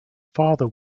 father